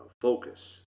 focus